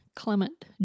clement